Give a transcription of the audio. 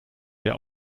der